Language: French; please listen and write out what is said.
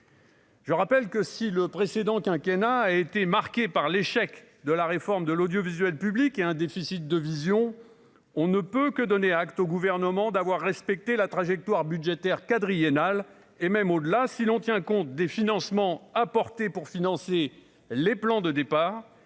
Je rappelle que si le précédent quinquennat a été marquée par l'échec de la réforme de l'audiovisuel public et a un déficit de vision, on ne peut que donner acte au gouvernement d'avoir respecté la trajectoire budgétaire quadriennal et même au-delà, si l'on tient compte des financements apportés pour financer les plans de départs,